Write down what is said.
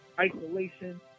isolation